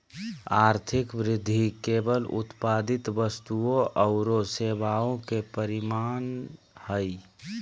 आर्थिक वृद्धि केवल उत्पादित वस्तुओं औरो सेवाओं के परिमाण हइ